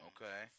Okay